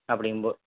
அப்படிங்கும்போ